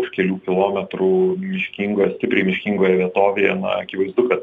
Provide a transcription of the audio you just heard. už kelių kilometrų miškingoje stipriai miškingoje vietovėje na akivaizdu kad